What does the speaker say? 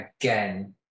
again